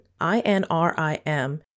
INRIM